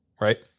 Right